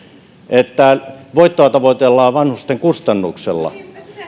että voittoa tavoitellaan vanhusten kustannuksella